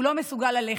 הוא לא מסוגל ללכת.